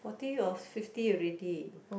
forty or fifty already